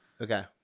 Okay